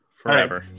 forever